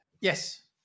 Yes